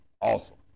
awesome